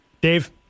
Dave